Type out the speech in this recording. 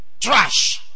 Trash